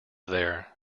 there